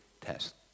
test